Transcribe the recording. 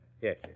yes